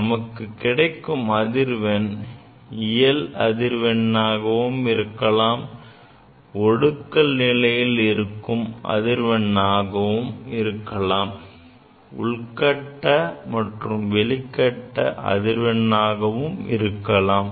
நமக்கு கிடைக்கும் அதிர்வெண் இயல் அதிர்வெண்ணாகவும் இருக்கலாம் ஒடுக்கல் நிலையில் இருக்கும் அதிர்வெண்ணாகவும் இருக்கலாம் உள்கட்ட அல்லது வெளிகட்ட அதிர்வெண்ணாகவும் இருக்கலாம்